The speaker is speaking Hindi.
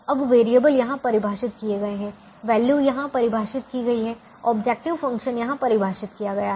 अब वेरिएबल यहां परिभाषित किए गए हैं वैल्यू यहां परिभाषित की गई है ऑब्जेक्टिव फ़ंक्शन यहां परिभाषित किया गया है